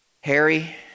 Harry